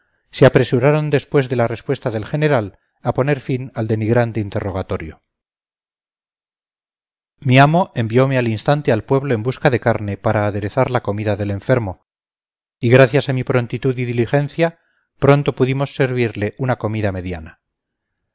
se apresuraron después de la respuesta del general a poner fin al denigrante interrogatorio mi amo enviome al instante al pueblo en busca de carne para aderezar la comida del enfermo y gracias a mi prontitud y diligencia pronto pudimos servirle una comida mediana